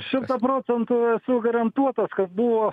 šimtą procentų esu garantuotas kad buvo